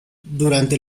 durante